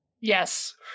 Yes